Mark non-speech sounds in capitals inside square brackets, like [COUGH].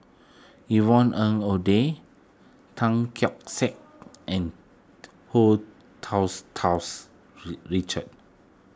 Yvonne Ng Uhde Tan Keong Saik and Hu [UNINTELLIGIBLE] Richard